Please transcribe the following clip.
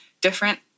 different